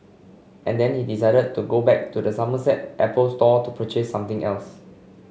and then he decided to go back to the Somerset Apple Store to purchase something else